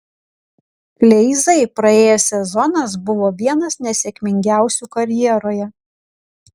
kleizai praėjęs sezonas buvo vienas nesėkmingiausių karjeroje